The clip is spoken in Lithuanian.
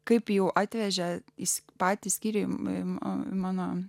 kaip jau atvežė į patį skyrimą mano